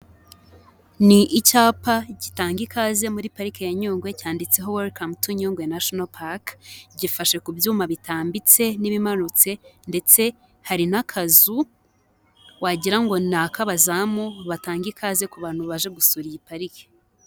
Ni icyapa gitanga ikaze muri parike ya Nyungwe cyanditseho welcome to Nyungwe national park, gifashe ku byuma bitambitse n'ibimanuke ndetse hari n'akazu wagira ngo ni ak'abazamu batanga ikaze ku bantu baje gusura iyi parike.